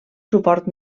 suport